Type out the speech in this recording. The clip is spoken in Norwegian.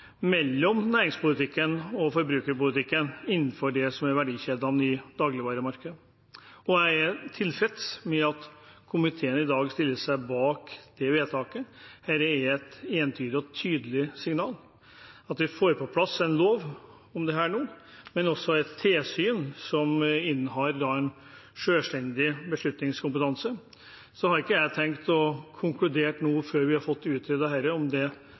mellom næringspolitikken og forbrukerpolitikken innenfor verdikjeden i dagligvaremarkedet. Jeg er tilfreds med at komiteen i dag stiller seg bak vedtaket, der det er et entydig og tydelig signal om at vi skal få på plass en lov om dette nå, men også et tilsyn som innehar en selvstendig beslutningskompetanse. Så har ikke jeg tenkt å konkludere nå, før vi har fått utredet om tilsynet bør være utenom Konkurransetilsynet og inneha en rolle helt på utsiden. Det